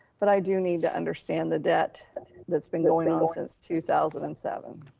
but i do need to understand the debt that's been going on since two thousand and seven.